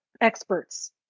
experts